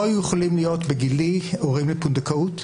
לא היו יכולים להיות בגילי הורים מפונדקאות,